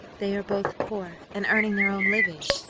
they are both poor and earning their own living,